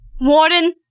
Warden